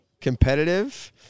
competitive